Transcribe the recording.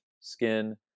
skin